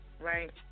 Right